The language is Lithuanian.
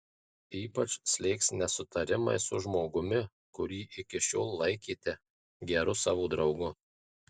ypač slėgs nesutarimai su žmogumi kurį iki šiol laikėte geru savo draugu